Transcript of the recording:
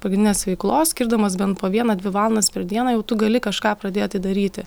pagrindinės veiklos skirdamas bent po vieną dvi valandas per dieną jau tu gali kažką pradėti daryti